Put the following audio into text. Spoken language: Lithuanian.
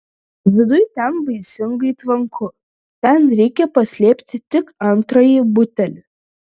viduj ten baisingai tvanku ten reikia paslėpti tik antrąjį butelį